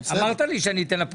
אמרת לי שאני אתן לה פריווילגיה.